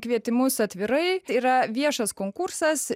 kvietimus atvirai tai yra viešas konkursas